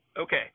okay